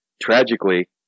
Tragically